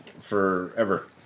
forever